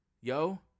Yo